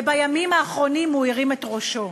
ובימים האחרונים הוא הרים את ראשו.